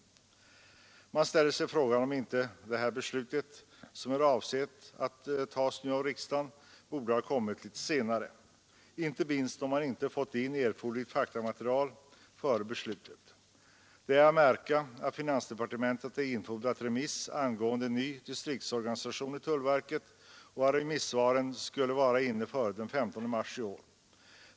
Man ställer sig frågan om inte detta beslut, som är avsett att tas nu av riksdagen, borde ha kommit senare, inte minst då man inte fått in erforderligt faktamaterial före beslutet. Det är att märka att finansdepartementet har infordrat remiss angående ny distriktsorganisation i tullverket och att remissvaren skulle vara inne före den 15 mars i år.